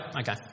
okay